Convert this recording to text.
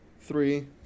Three